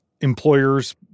employers